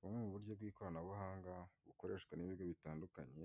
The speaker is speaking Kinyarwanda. Bumwe mu buryo bw'ikoranabuhanga, bukoreshwa n'ibigo bitandukanye,